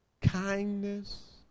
kindness